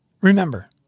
Remember